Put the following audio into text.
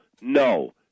No